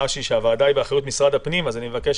שהוועדה היא באחריות משרד הפנים אז אני מבקש